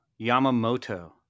Yamamoto